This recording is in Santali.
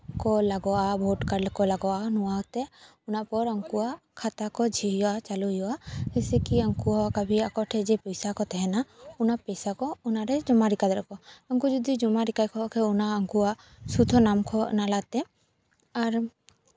ᱠᱚ ᱞᱟᱜᱟᱜᱼᱟ ᱵᱷᱳᱴ ᱠᱟᱨᱰ ᱠᱚ ᱞᱟᱜᱟᱣᱟ ᱚᱱᱟᱛᱮ ᱱᱚᱣᱟ ᱯᱚᱨ ᱩᱱᱠᱩᱣᱟᱜ ᱠᱷᱟᱛᱟ ᱠᱚ ᱡᱷᱤᱡ ᱦᱩᱭᱩᱜᱼᱟ ᱪᱟᱹᱞᱩᱭ ᱦᱩᱭᱩᱜᱼᱟ ᱡᱮᱭᱥᱮ ᱠᱤ ᱩᱱᱠᱩᱣᱟᱜ ᱠᱟᱵᱷᱤ ᱟᱠᱚ ᱴᱷᱮᱡ ᱡᱮ ᱯᱚᱭᱥᱟ ᱠᱚ ᱛᱟᱦᱮᱱᱟ ᱚᱱᱟ ᱯᱚᱭᱥᱟ ᱠᱚ ᱚᱱᱟᱨᱮ ᱡᱚᱢᱟ ᱞᱮᱠᱟ ᱫᱟᱲᱮ ᱟᱠᱚ ᱩᱱᱠᱩ ᱡᱚᱫᱤ ᱡᱚᱢᱟ ᱞᱮᱠᱟ ᱠᱷᱟᱡ ᱠᱚ ᱩᱱᱠᱩᱣᱟᱜ ᱥᱩᱫᱷᱩ ᱱᱟᱢ ᱠᱚ ᱱᱟᱞᱟᱛᱮ ᱟᱨ